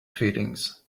feelings